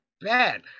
bad